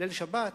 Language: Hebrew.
ליל שבת,